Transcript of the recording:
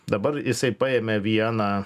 dabar jisai paėmė vieną